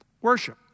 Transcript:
worship